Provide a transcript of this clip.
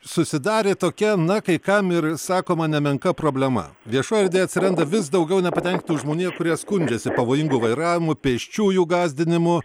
susidarė tokia na kai kam ir sakoma nemenka problema viešoj erdvėj atsiranda vis daugiau nepatenkintų žmonių kurie skundžiasi pavojingu vairavimu pėsčiųjų gąsdinimu